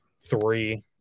three